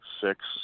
six